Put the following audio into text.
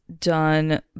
done